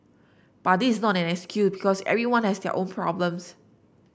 but this is not an excuse because everyone has their own problems